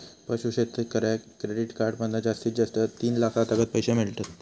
पशू शेतकऱ्याक credit card मधना जास्तीत जास्त तीन लाखातागत पैशे मिळतत